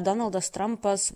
donaldas trampas